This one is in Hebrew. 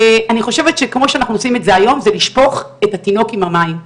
אני חושבת שכמו אנחנו עושים את זה היום זה לשפוך את התינוק עם המים.